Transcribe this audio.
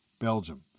Belgium